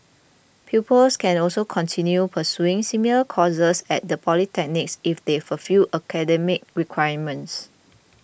pupils can also continue pursuing similar courses at the polytechnics if they fulfil academic requirements